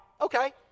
okay